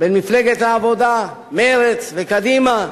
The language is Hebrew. בין מפלגת העבודה, מרצ וקדימה,